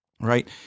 right